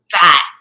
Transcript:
fat